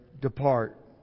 depart